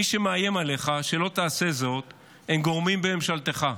מי שמאיים עליך שלא תעשה זאת הם גורמים בממשלתך.